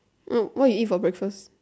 oh what you eat for breakfast